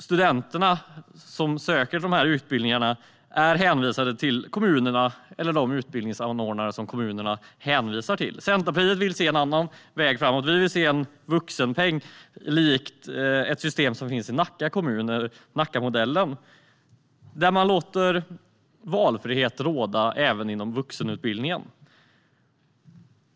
Studenterna som söker till de här utbildningarna är hänvisade till kommunerna eller de utbildningsanordnare som kommunerna anlitar. Centerpartiet vill se en annan väg framåt. Vi vill se en vuxenpeng, likt ett system som finns i Nacka kommun - Nackamodellen - där man låter valfrihet råda även inom vuxenutbildningen.